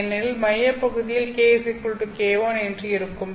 ஏனெனில் மையப்பகுதியில் kk1 என்று இருக்கும்